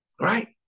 right